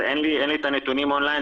אין לי את הנתונים און ליין,